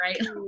right